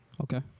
Okay